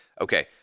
Okay